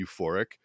euphoric